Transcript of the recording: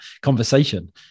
conversation